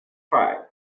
try